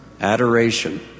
adoration